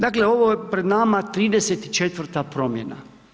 Dakle ovo je pred nama 34 promjena.